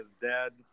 dead